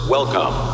Welcome